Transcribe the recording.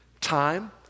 time